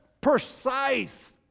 precise